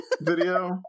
video